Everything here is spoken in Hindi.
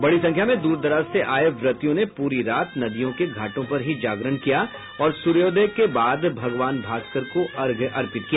बड़ी संख्या में दूर दराज से आये व्रतियों ने पूरी रात नदियों के घाटों पर ही जागरण किया और सूर्योदय के बाद भगवान भास्कर को अर्घ्य अर्पित किया